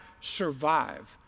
survive